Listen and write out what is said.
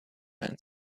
man